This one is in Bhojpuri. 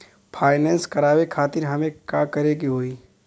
फाइनेंस करावे खातिर हमें का करे के होई?